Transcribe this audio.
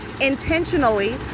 intentionally